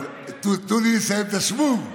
אבל תנו לי לסיים את השוונג.